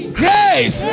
grace